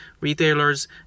retailers